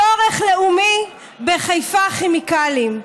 צורך לאומי בחיפה כימיקלים.